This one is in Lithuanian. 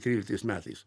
tryliktais metais